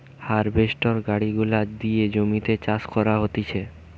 harvester গাড়ি গুলা দিয়ে জমিতে চাষ করা হতিছে